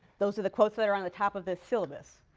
those are the quotes that are on the top of the syllabus.